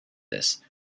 this